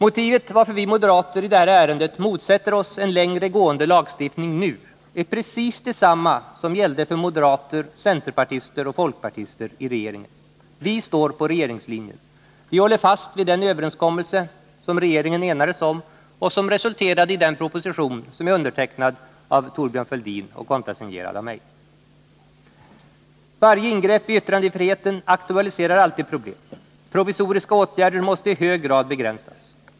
Motivet till att vi moderater i detta ärende motsätter oss en längre gående lagstiftning nu är precis detsamma som gällde för moderater, centerpartister och folkpartister i regeringen. Vi står fast vid regeringslinjen. Vi håller fast vid den överenskommelse som regeringen enades om och som resulterade i den proposition som är undertecknad av Thorbjörn Fälldin och kontrasignerad av mig. Varje ingrepp i yttrandefriheten aktualiserar alltid problem. Provisoriska åtgärder måste i hög grad begränsas.